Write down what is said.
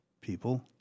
people